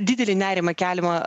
didelį nerimą keliamą